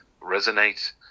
resonate